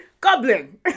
Goblin